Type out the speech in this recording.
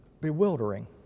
bewildering